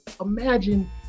imagine